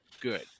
good